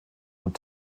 und